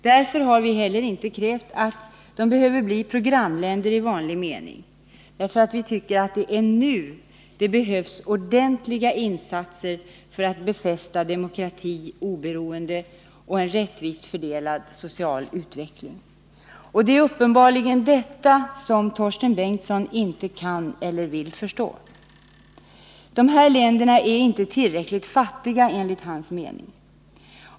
Därför har vi heller inte krävt att de skall bli programländer i vanlig mening. Vi tycker att det är nu det behövs ordentliga insatser för att befästa demokrati, oberoende och en rättvist fördelad social utveckling. Det är uppenbarligen detta som Torsten Bengtson inte kan eller vill förstå. De här länderna är inte tillräckligt fattiga enligt hans mening.